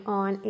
on